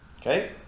Okay